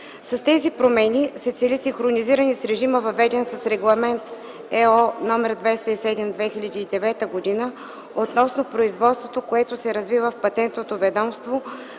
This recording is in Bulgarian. С тези промени се цели синхронизиране с режима, въведен с Регламент (ЕО) № 207/2009 г. относно производството, което се развива в Патентното ведомство